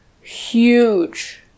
huge